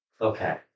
Okay